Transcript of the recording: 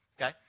Okay